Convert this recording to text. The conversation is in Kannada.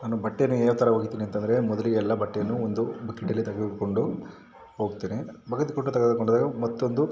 ನಾನು ಬಟ್ಟೆನ ಯಾವ ಥರ ಒಗಿತೀನಿ ಅಂತ ಅಂದ್ರೆ ಮೊದಲಿಗೆ ಎಲ್ಲ ಬಟ್ಟೆಯೂ ಒಂದು ಬಕೆಟಲ್ಲಿ ತೆಗೆದುಕೊಂಡು ಹೋಗ್ತೀನಿ ಬಕೆಟ್ ಕೂಡ ತೆಗೆದುಕೊಂಡಾಗ ಮತ್ತೊಂದು